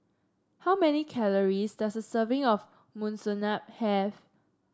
how many calories does a serving of Monsunabe have